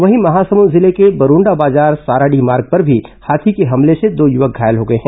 वहीं महासमुंद जिले के बरोंडाबाजार साराडीह मार्ग पर भी हाथी के हमले से दो युवक घायल हो गए हैं